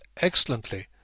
excellently